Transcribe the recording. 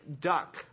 duck